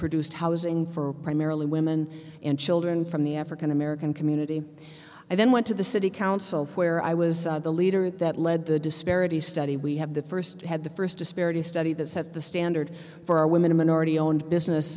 produced housing for primarily women and children from the african american community i then went to the city council where i was the leader that led the disparity study we have the first had the first disparity study that set the standard for women a minority owned business